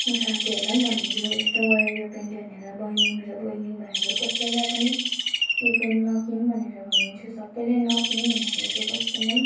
म साथीहरूलाई पनि भन्ने छु यस्तो गऱ्यो यो पेनले भनेर बहिनी मेरो बहिनी भाइहरू कसैलाई पनि यो पेन नकिन भनेर भन्ने छु सबैलाई नकिन भन्ने छु भने चाहिँ कसैले पनि